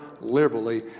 liberally